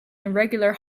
irregular